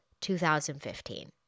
2015